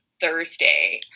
Thursday